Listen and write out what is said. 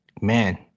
man